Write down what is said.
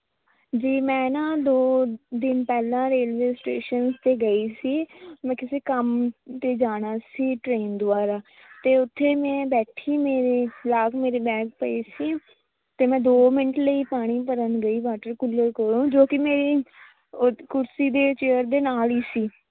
ਜੀ ਮੈਂ ਨਾ ਦੋ ਦਿਨ ਪਹਿਲਾਂ ਰੇਲਵੇ ਸਟੇਸ਼ਨ 'ਤੇ ਗਈ ਸੀ ਮੈਂ ਕਿਸੇ ਕੰਮ ਤੇ ਜਾਣਾ ਸੀ ਟਰੇਨ ਦੁਆਰਾ ਅਤੇ ਉੱਥੇ ਮੈਂ ਬੈਠੀ ਮੇਰੇ ਲਾਗ ਮੇਰੇ ਬੈਗ ਪਏ ਸੀ ਅਤੇ ਮੈਂ ਦੋ ਮਿੰਟ ਲਈ ਪਾਣੀ ਭਰਨ ਗਈ ਵਾਟਰ ਕੂਲਰ ਕੋਲੋਂ ਜੋ ਕੀ ਮੇਰੀ ਓ ਕੁਰਸੀ ਚੇਅਰ ਦੇ ਨਾਲ ਹੀ ਸੀ